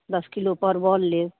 दश किलो परबल लेब